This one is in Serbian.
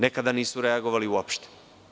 Nekada nisu reagovali uopšte.